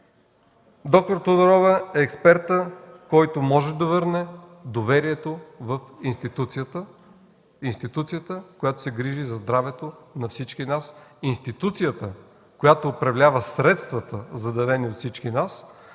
д-р Тодорова е експертът, който може да върне доверието в институцията, която се грижи за здравето на всички нас, институцията, която управлява средствата, заделени от всички нас.